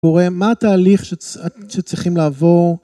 קוראים מה התהליך שצריכים לעבור